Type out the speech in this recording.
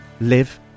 live